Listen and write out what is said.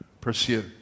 pursue